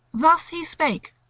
thus he spake,